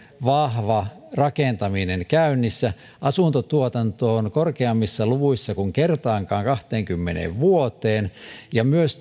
vahva rakentaminen käynnissä asuntotuotanto on korkeammissa luvuissa kuin kertaakaan kahteenkymmeneen vuoteen ja myös